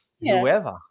whoever